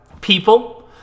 people